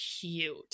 cute